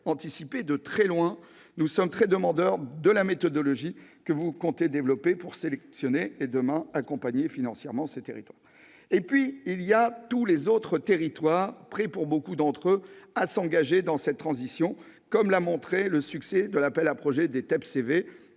anticipées de très loin. À ce titre, nous sommes très curieux de connaître la méthodologie que vous comptez développer pour sélectionner et, demain, accompagner financièrement ces territoires. Quant à tous les autres territoires, ils sont prêts, pour beaucoup d'entre eux, à s'engager dans cette transition, comme l'a montré le succès de l'appel à projet des TEPCV,